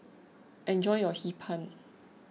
enjoy your Hee Pan